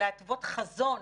להתוות חזון